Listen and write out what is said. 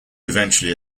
eventually